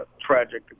tragic